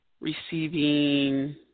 receiving